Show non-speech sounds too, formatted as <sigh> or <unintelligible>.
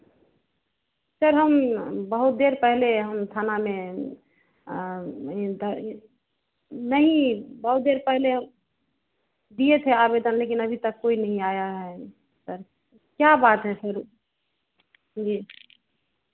sir हम बहुत देर पहले हम थाना में <unintelligible> नहीं बहुत देर पहले हम दिए थे आवेदन लेकिन अभी तक कोई नहीं आया है सर क्या बात है सर जी